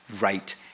right